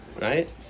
right